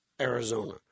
Arizona